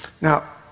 Now